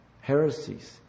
heresies